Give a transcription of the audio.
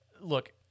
Look